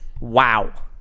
Wow